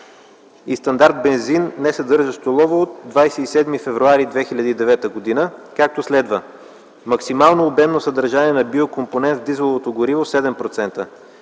и стандарт бензин, несъдържащ олово, от 27 февруари 2009 г., както следва: максимално обемно съдържание на биокомпонент с дизеловото гориво –